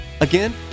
Again